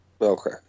Okay